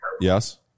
Yes